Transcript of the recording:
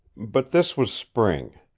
but this was spring.